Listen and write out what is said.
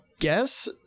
guess